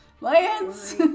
Lance